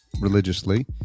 religiously